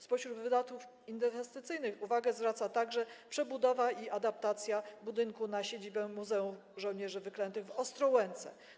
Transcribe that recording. Spośród wydatków inwestycyjnych uwagę zwraca także przebudowa i adaptacja budynku na siedzibę Muzeum Żołnierzy Wyklętych w Ostrołęce.